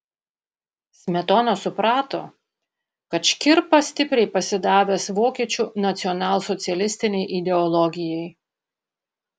smetona suprato kad škirpa stipriai pasidavęs vokiečių nacionalsocialistinei ideologijai